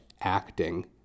acting